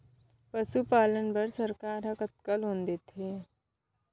पशुपालन बर सरकार ह कतना लोन देथे?